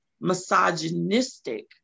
misogynistic